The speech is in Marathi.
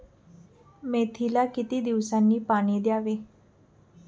मेथीला किती दिवसांनी पाणी द्यावे?